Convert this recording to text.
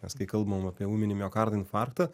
nes kai kalbam apie ūminį miokardo infarktą